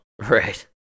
Right